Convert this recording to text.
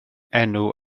enw